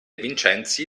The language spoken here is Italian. vincenzi